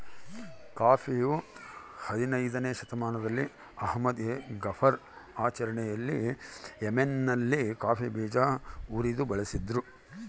ಕಾಫಿಯು ಹದಿನಯ್ದನೇ ಶತಮಾನದಲ್ಲಿ ಅಹ್ಮದ್ ಎ ಗಫರ್ ಆಚರಣೆಯಲ್ಲಿ ಯೆಮೆನ್ನಲ್ಲಿ ಕಾಫಿ ಬೀಜ ಉರಿದು ಬಳಸಿದ್ರು